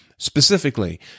Specifically